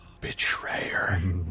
Betrayer